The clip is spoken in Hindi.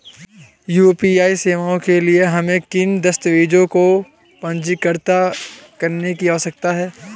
यू.पी.आई सेवाओं के लिए हमें किन दस्तावेज़ों को पंजीकृत करने की आवश्यकता है?